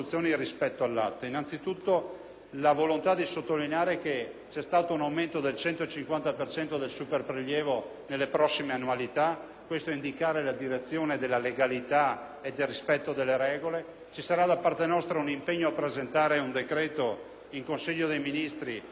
occorre sottolineare che c'è stato un aumento del 150 per cento del superprelievo nelle prossime annualità, questo ad indicare la direzione della legalità e del rispetto delle regole; ci sarà da parte nostra un impegno a presentare un decreto in Consiglio dei ministri per disporre